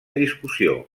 discussió